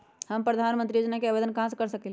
हम प्रधानमंत्री योजना के आवेदन कहा से कर सकेली?